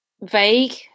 vague